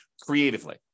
creatively